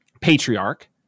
patriarch